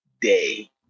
day